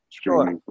Sure